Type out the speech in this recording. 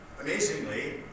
Amazingly